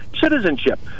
citizenship